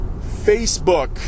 Facebook